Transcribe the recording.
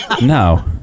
No